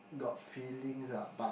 got feelings ah but